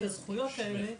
והשאלה היא